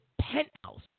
penthouse